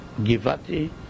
Givati